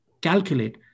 calculate